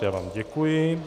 Já vám děkuji.